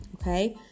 okay